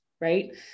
right